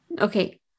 Okay